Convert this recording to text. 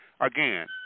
again